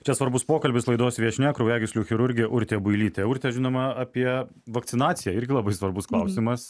čia svarbus pokalbis laidos viešnia kraujagyslių chirurgė urtė builytė urte žinoma apie vakcinaciją irgi labai svarbus klausimas